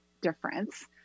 difference